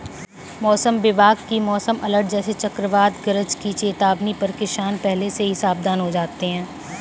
मौसम विभाग की मौसम अलर्ट जैसे चक्रवात गरज की चेतावनी पर किसान पहले से ही सावधान हो जाते हैं